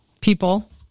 people